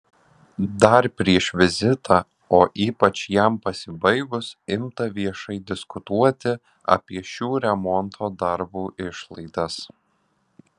dar prieš vizitą o ypač jam pasibaigus imta viešai diskutuoti apie šių remonto darbų išlaidas